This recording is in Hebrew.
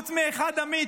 חוץ מאחד אמיץ,